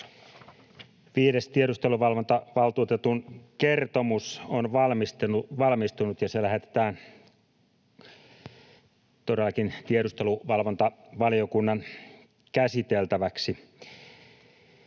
Viides tiedusteluvalvontavaltuutetun kertomus on valmistunut, ja se lähetetään todellakin tiedusteluvalvontavaliokunnan käsiteltäväksi.